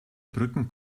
brücken